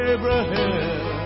Abraham